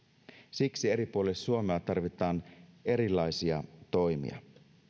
siksi eri puolille suomea tarvitaan erilaisia toimia